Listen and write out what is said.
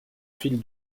fil